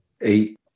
Eight